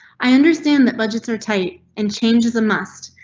i understand that budgets are tight and change is a must,